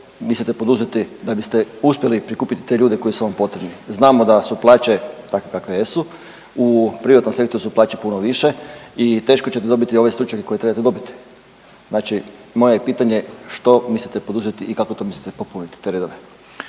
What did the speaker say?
mislite poduzeti da biste uspjeli prikupiti te ljude koji su vam potrebni? Znamo da su plaće takve kakve jesu, u privatnom sektoru su plaće puno više i teško ćete dobiti ove stručnjake koje trebate dobiti. Znači moje je pitanje što mislite poduzeti i kako to mislite popuniti te redove?